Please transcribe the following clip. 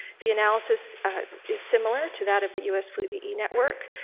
the analysis is similar to that of the us flu ve network,